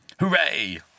Hooray